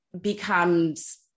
becomes